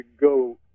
go